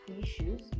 issues